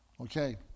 Okay